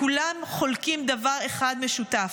כולם חולקים דבר אחד משותף: